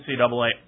NCAA